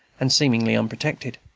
and seemingly unprotected.